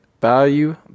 Value